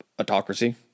autocracy